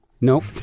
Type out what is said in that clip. Nope